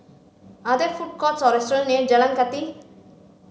are there food courts or restaurants near Jalan Kathi